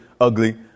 Ugly